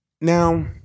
Now